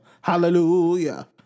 Hallelujah